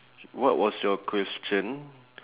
what was your question